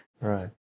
Right